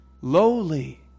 lowly